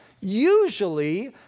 Usually